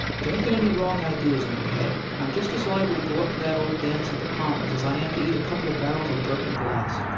don't get any wrong ideas in your head. i'm just as liable to go up to that ole dance at the palmers' as i am to eat a couple of barrels of broken glass.